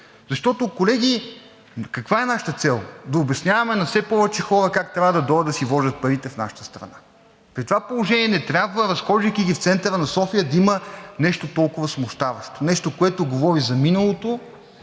Защото, колеги, каква е нашата цел – да обясняваме на все повече хора как трябва да дойдат да си вложат парите в нашата страна. При това положение не трябва, разхождайки ги в центъра на София, да има нещо толкова смущаващо, нещо, което говори за миналото,